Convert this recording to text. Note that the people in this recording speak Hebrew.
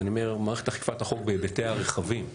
ואני אומר מערכת אכיפת החוק בהיבטיה הרחבים.